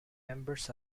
members